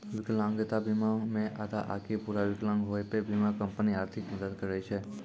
विकलांगता बीमा मे आधा आकि पूरा विकलांग होय पे बीमा कंपनी आर्थिक मदद करै छै